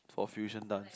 for fusion dance